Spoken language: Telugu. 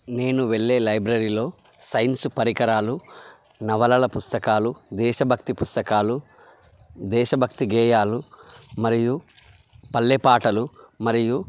నేను వెళ్ళే లైబ్రరీలో సైన్సు పరికరాలు నవలల పుస్తకాలు దేశభక్తి పుస్తకాలు దేశభక్తి గేయాలు మరియు పల్లె పాటలు మరియు